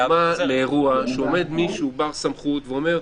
אני נותן את זה כדוגמה לאירוע שעומד מישהו בר סמכות ואומר,